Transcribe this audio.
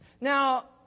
Now